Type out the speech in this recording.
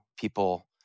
people